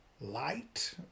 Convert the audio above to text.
light